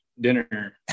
dinner